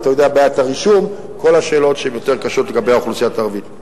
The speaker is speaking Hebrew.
בעיית הרישום וכל השאלות שהן יותר קשות לגבי האוכלוסייה הערבית.